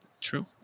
True